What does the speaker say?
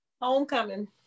Homecoming